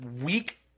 weak